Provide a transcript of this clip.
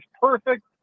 perfect